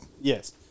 Yes